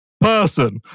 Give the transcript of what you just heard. person